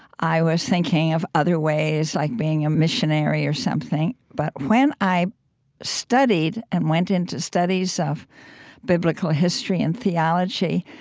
i was thinking of other ways, like being a missionary or something. but when i studied and went into studies of biblical history and theology,